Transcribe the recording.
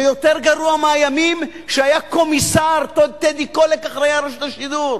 זה יותר גרוע מהימים שהיה קומיסר טדי קולק אחראי על רשות השידור.